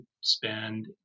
spend